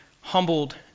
humbled